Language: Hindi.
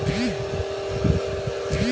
रतालू को जमीकंद और सूरन भी कहा जाता है